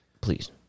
Please